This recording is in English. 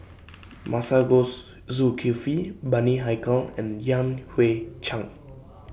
Masagos Zulkifli Bani Haykal and Yan Hui Chang